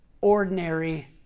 ordinary